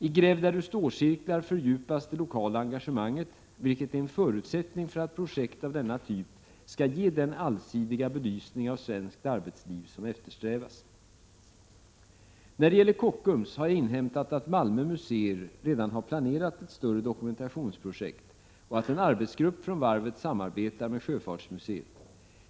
I ”Gräv där Du står”-cirklar fördjupas det lokala engagemanget, vilket är en förutsättning för att projekt av denna typ skall ge den allsidiga belysning av svenskt arbetsliv som eftersträvas. När det gäller Kockums har jag inhämtat att Malmö museer redan har planerat ett större dokumentationsprojekt och att en arbetsgrupp från varvet samarbetar med Sjöfartsmuseet.